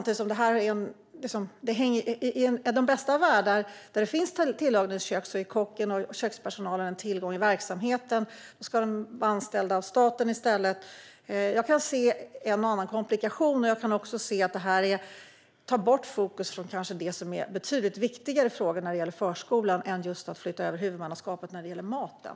I den bästa av världar, där det finns tillagningskök, är kocken och kökspersonalen en tillgång i verksamheten, och nu ska de i stället vara anställda av staten. Jag kan se en och annan komplikation, och det tar bort fokus från det som är betydligt viktigare frågor i förskolan än att flytta över huvudmannaskapet för maten.